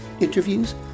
interviews